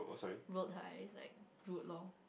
roll her eyes like rude lor